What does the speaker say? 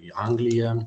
į angliją